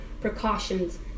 precautions